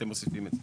אתם מוסיפים את זה.